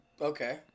Okay